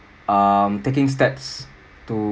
um taking steps to